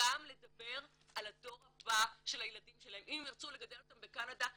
גם לדבר על הדור הבא של הילדים שלהם .אם הם ירצו לגדל אותם בקנדה,